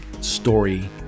story